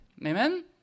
Amen